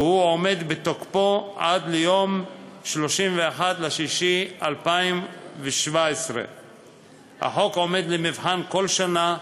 והוא עומד בתוקפו עד ליום 31 ליוני 2017. החוק עומד למבחן כל שנה,